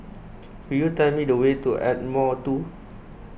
could you tell me the way to Ardmore two